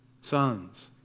sons